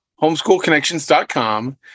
homeschoolconnections.com